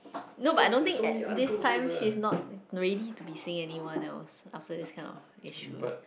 no but I don't think at this time she is not no ready to be seeing anyone else after this kind of issues